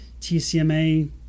TCMA